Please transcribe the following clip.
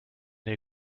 der